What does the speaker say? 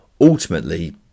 ultimately